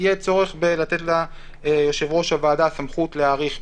יהיה צורך לתת ליושב-ראש הוועדה סמכות להאריך מועדים.